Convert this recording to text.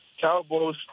Cowboys